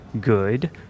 good